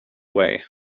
way